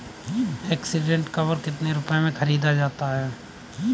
Accident cover कितने रुपए में खरीदा जा सकता है?